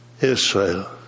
Israel